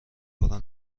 فورا